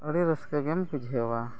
ᱟᱹᱰᱤ ᱨᱟᱹᱥᱠᱟᱹ ᱜᱮᱢ ᱵᱩᱡᱷᱟᱹᱣᱟ